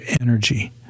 energy